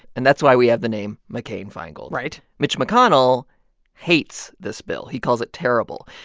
and that's why we have the name mccain-feingold right mitch mcconnell hates this bill. he calls it terrible.